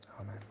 Amen